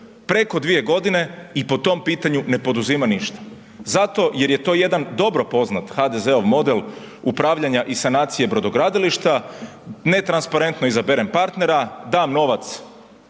preko 2 godine i po tom pitanju ne poduzima ništa. Zato jer je to jedan dobro poznat HDZ-ov model upravljanja i sanacije brodogradilišta, netransparentno izaberem partnera, dam novac